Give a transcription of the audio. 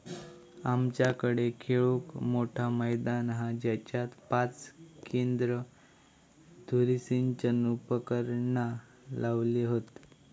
आमच्याकडे खेळूक मोठा मैदान हा जेच्यात पाच केंद्र धुरी सिंचन उपकरणा लावली हत